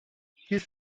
his